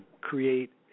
create